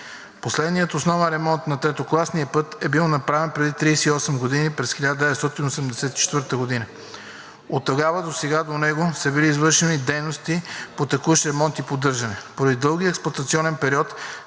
Последният основен ремонт на третокласния път е бил направен преди 38 години през 1984 г. и оттогава досега по него са били извършени дейности по текущ ремонт и поддържане. Поради дългия експлоатационен период,